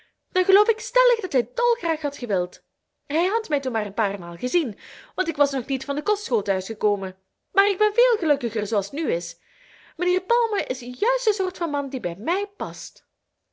dan geloof ik stellig dat hij dolgraag had gewild hij had mij toen nog maar een paar maal gezien want ik was nog niet van de kostschool thuisgekomen maar ik ben veel gelukkiger zooals t nu is mijnheer palmer is juist de soort van man die bij mij past